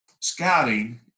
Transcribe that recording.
scouting